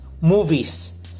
movies